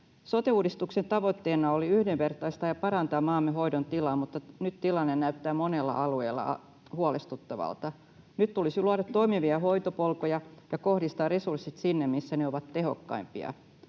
Sote-uudistuksen tavoitteena oli yhdenvertaistaa ja parantaa maamme hoidon tilaa, mutta nyt tilanne näyttää monella alueella huolestuttavalta. Nyt tulisi luoda toimivia hoitopolkuja ja kohdistaa resurssit sinne, missä ne ovat tehokkaimpia.